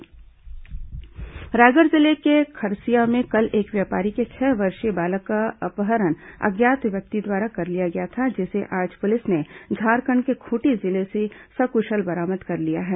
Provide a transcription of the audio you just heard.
बालक अपहरण रायगढ़ जिले के खरसिया में कल एक व्यापारी के छह वर्षीय बालक का अपहरण अज्ञात व्यक्ति द्वारा कर लिया गया था जिसे आज पुलिस ने झारखंड के खूंटी जिले से सकुशल बरामद कर लिया है